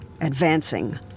advancing